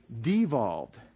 devolved